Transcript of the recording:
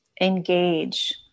engage